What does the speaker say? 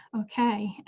Okay